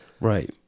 Right